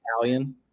Italian